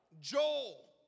Joel